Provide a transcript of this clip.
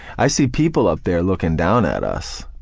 i see people up there looking down at us,